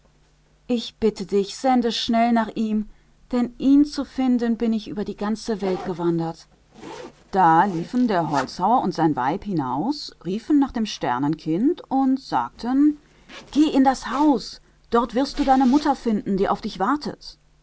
ich bitte dich schicke sofort nach ihm denn um ihn zu suchen bin ich über die ganze welt gewandert und der holzfäller und seine frau gingen hinaus und riefen das sternenkind und sagten zu ihm geh ins haus dort wirst du deine mutter finden die auf dich wartet